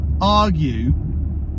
argue